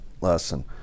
lesson